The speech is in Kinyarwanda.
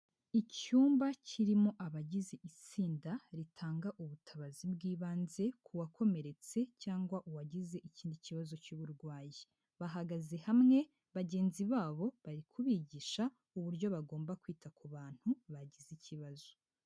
Icyumba kirimo abagize itsinda; ritanga ubutabazi bw'ibanze, kuwa komeretse cyangwa uwagize ikindi kibazo cy' uburwayi, bahagaze hamwe bagenzi babo, bari kubigisha uburyo bagomba kwita ku bantu bagize ikibazo.